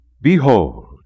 Behold